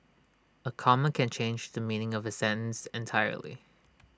A comma can change the meaning of A sentence entirely